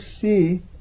see